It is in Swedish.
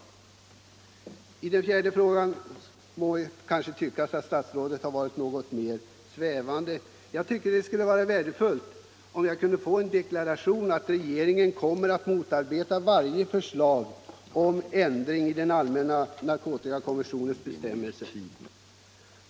Beträffande den fjärde frågan kan det tyckas att statsrådet var något svävande. Jag tycker det skulle vara värdefullt om jag kunde få en deklaration att regeringen kommer att motarbeta varje förslag om ändring i den allmänna narkotikakonventionens bestämmelser.